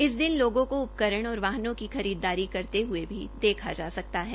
इस दिन लोगों को उपकरण और वाहनों की खरीददारी करते हये भी देखा जा सकता है